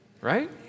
right